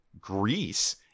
Greece